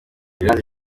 iranzi